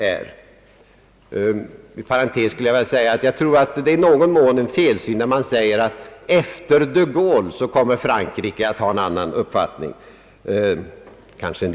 Inom parentes skulle jag vilja säga att jag tror att det i någon mån är en felsyn när man gör gällande, att Frankrike efter de Gaulle kommer att ha en annan uppfattning än nu.